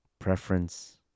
preference